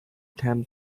them